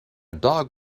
dog